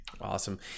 Awesome